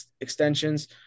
extensions